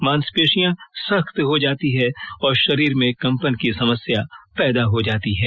मासपेशियां सख्त हो जाती है और शरीर में कंपन की समस्या पैदा हो जाती है